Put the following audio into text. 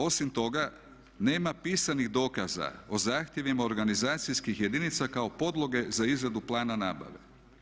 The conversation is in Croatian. Osim toga, nema pisanih dokaza o zahtjevima organizacijskih jedinica kao podloge za izradu plana nabave.